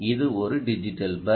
இது ஒரு digital bus